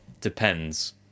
depends